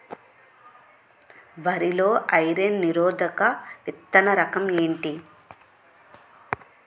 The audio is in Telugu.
వరి లో ఐరన్ నిరోధక విత్తన రకం ఏంటి?